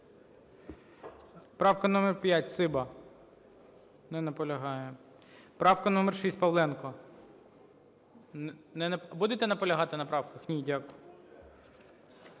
Правка номер 5, Циба. Не наполягає. Правка номер 6, Павленко. Будете наполягати на правках? Ні. Дякую.